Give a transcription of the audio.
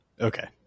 Okay